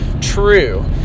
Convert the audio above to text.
true